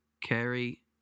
carry